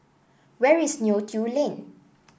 where is Neo Tiew Lane